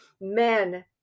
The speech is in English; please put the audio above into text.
men